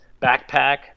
backpack